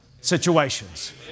situations